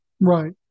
Right